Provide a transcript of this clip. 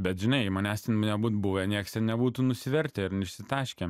bet žinai manęs ten nebūt buvę nieks ten nebūtų nusivertę išsitaškę